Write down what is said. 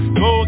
go